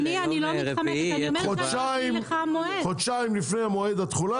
אדוני אני לא מתחמקת -- חודשיים לפני מועד התחולה